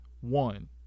one